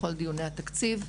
בכל דיוני התקציב.